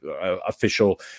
official